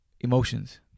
emotions